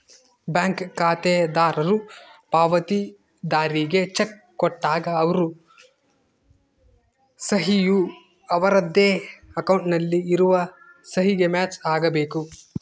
bank ಖಾತೆದಾರರು ಪಾವತಿದಾರ್ರಿಗೆ cheque ಕೊಟ್ಟಾಗ ಅವರ ಸಹಿ ಯು ಅವರದ್ದೇ ಅಕೌಂಟ್ ನಲ್ಲಿ ಇರುವ ಸಹಿಗೆ ಮ್ಯಾಚ್ ಆಗಬೇಕು